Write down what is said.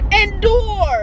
Endure